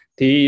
Thì